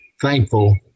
thankful